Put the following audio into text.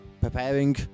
preparing